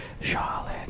Charlotte